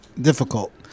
difficult